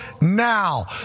now